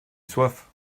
soif